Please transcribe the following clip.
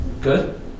Good